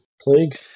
plague